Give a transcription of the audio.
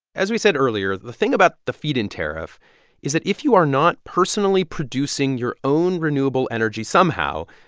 as we said earlier, the thing about the feed-in tariff is that if you are not personally producing your own renewable energy somehow,